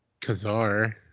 Kazar